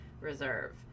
Reserve